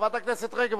חברת הכנסת רגב,